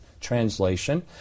translation